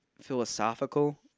philosophical